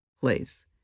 place